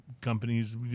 companies